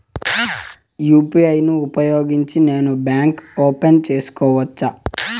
UPI ను ఉపయోగించి నేను బ్యాంకు ఓపెన్ సేసుకోవచ్చా?